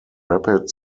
rapid